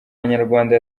inyarwanda